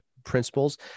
principles